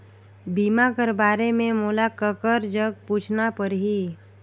बीमा कर बारे मे मोला ककर जग पूछना परही?